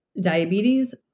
diabetes